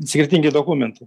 skirtingi dokumentai